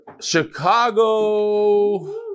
Chicago